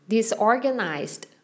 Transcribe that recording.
Disorganized